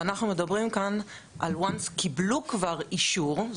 ואנחנו מדברים כאן אל once קיבלו כבר אישור,